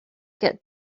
get